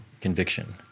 conviction